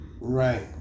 right